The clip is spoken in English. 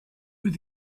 with